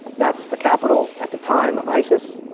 that's the capital at the time of isis.